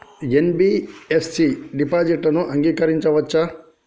NBFC డిపాజిట్లను అంగీకరించవచ్చా?